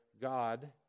God